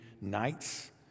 nights